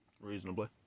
reasonably